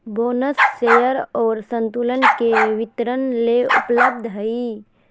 bonus share और संतुलन के वितरण ले उपलब्ध हइ